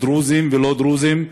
דרוזים ולא-דרוזים,